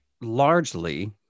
largely